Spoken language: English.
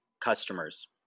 customers